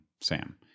sam